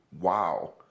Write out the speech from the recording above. Wow